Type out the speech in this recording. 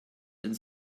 and